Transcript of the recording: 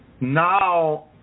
now